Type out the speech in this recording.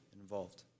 involved